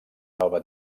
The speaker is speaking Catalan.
nova